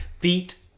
beat